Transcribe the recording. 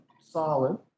solid